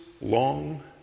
long